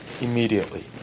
immediately